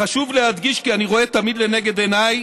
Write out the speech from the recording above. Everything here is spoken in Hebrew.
חשוב להדגיש כי אני רואה תמיד לנגד עיניי